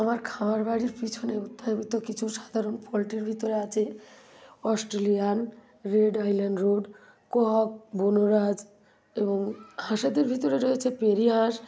আমার খামার বাড়ির পিছনে উত্থাপিত কিছু সাধারণ পোলট্রির ভিতরে আছে Australian red island road cock Vanraj এবং হাঁসেদের ভেতরে রয়েছে পেরি হাঁস